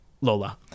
Lola